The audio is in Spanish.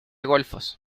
golfos